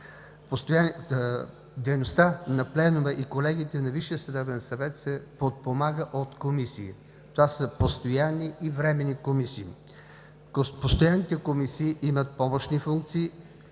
Дейността на Пленума и колегиите на Висшия съдебен съвет се подпомага от комисии. Това са постоянни и временни комисии. Постоянните комисии имат помощни функции